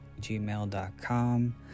gmail.com